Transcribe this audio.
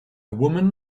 woman